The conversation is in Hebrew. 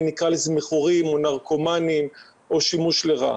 נקרא לזה מכורים או נרקומנים או שימוש לרעה.